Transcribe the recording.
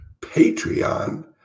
Patreon